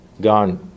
gone